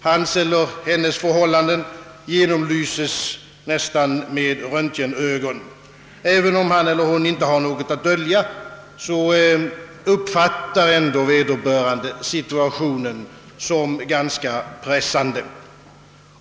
Hans förhållanden genomlyses nästan med röntgenögon. Även om han inte har något att dölja uppfattar han ändå situationen som ganska pressande.